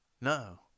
No